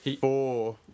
four